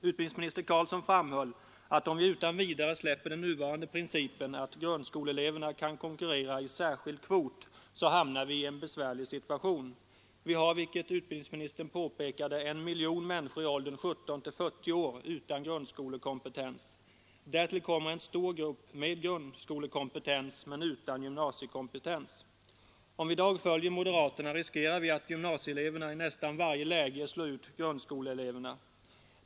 Utbildningsminister Carlsson framhöll att om vi utan vidare släpper den nuvarande principen att grundskoleeleverna kan konkurrera i särskild kvot, så hamnar vi i en besvärlig situation. Vi har, vilket utbildningsministern påpekade, en miljon människor i åldern 17—40 år utan grundskolekompetens. Därtill kommer en stor grupp med grundskolekompetens men utan gymnasiekompetens. Om vi i dag följer moderaterna riskerar vi att gymnasieeleverna i nästan varje läge slår ut grundskoleeleverna.